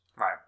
Right